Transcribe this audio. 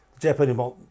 japanese